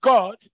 God